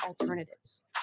Alternatives